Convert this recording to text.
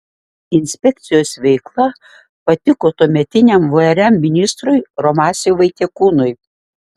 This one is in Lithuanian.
inspekcijos veikla patiko tuometiniam vrm ministrui romasiui vaitekūnui